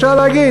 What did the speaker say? אפשר להגיד: